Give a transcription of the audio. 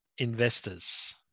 Investors